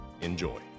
Enjoy